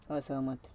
असहमत